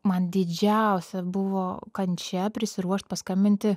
man didžiausia buvo kančia prisiruošt paskambinti